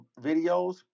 videos